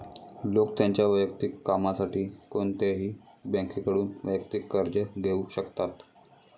लोक त्यांच्या वैयक्तिक कामासाठी कोणत्याही बँकेकडून वैयक्तिक कर्ज घेऊ शकतात